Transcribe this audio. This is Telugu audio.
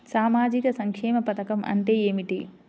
సామాజిక సంక్షేమ పథకం అంటే ఏమిటి?